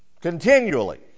continually